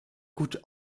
gut